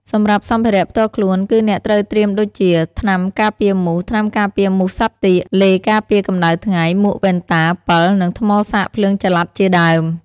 សម្រាប់សម្ភារៈផ្ទាល់ខ្លួន គឺអ្នកត្រូវត្រៀមដូចជា ថ្នាំការពារមូស ថ្នាំការពារមូសសត្វទាក ឡេការពារកម្ដៅថ្ងៃ មួក វ៉ែនតា ពិល និងថ្មសាកភ្លើងចល័ត ជាដើម។